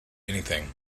anything